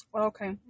Okay